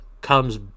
comes